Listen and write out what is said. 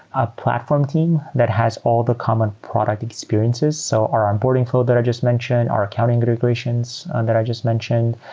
a platform team that has all the common product experiences. so our um boarding flow that i just mentioned, our accounting integrations and that i just mentioned,